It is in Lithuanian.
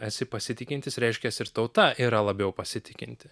esi pasitikintis reiškias ir tauta yra labiau pasitikinti